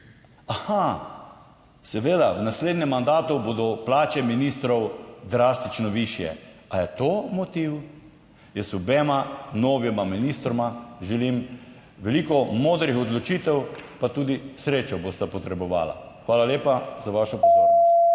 Aha, seveda, v naslednjem mandatu bodo plače ministrov drastično višje, ali je to motiv? Jaz obema novima ministroma želim veliko modrih odločitev, pa tudi srečo bosta potrebovala. Hvala lepa za vašo pozornost.